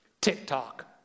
TikTok